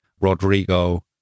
Rodrigo